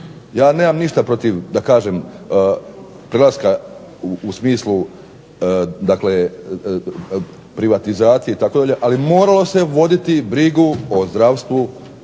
Ja nemam ništa protiv da kažem prelaska u smislu, dakle privatizacije itd. Ali moralo se voditi brigu o zdravstvu